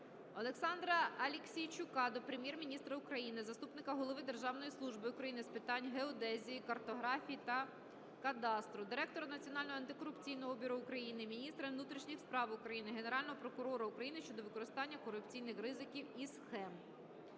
Олександра Аліксійчука до Прем'єр-міністра України, заступника голови Державної служби України з питань геодезії, картографії та кадастру, директора Національного антикорупційного бюро України, міністра внутрішніх справ України, Генерального прокурора України щодо викоренення корупційних ризиків і схем.